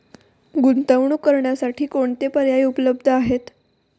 गुंतवणूक करण्यासाठी कोणते पर्याय उपलब्ध आहेत?